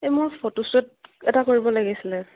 এই মোৰ ফটোশ্বুট এটা কৰিব লাগিছিলে